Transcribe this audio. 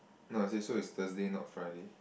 no I say so it's Thursday not Friday